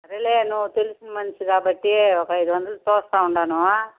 సరే నువ్వు తెలిసిన మనిషివి కాబట్టి ఒక ఐదు వందలు తోస్తు ఉన్నాను